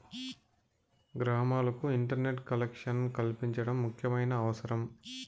గ్రామాలకు internet collection కల్పించడం ముఖ్యమైన అవసరం